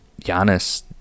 Giannis